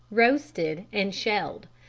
roasted and shelled.